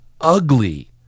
ugly